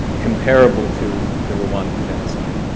comparable to the rwandan genocide.